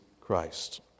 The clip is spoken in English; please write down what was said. Christ